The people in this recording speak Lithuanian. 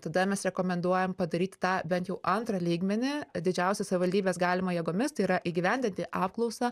tada mes rekomenduojam padaryti tą bent jau antrą lygmenį didžiausią savivaldybės galimą jėgomis tai yra įgyvendinti apklausą